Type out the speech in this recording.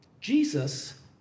Jesus